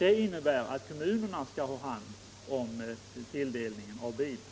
Det innebär att de sociala myndigheterna skall ha hand om tilldelningen av bil och det tycker inte jag är lyckat.